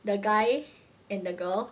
the guy and the girl